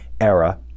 era